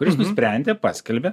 kuris nusprendė paskelbė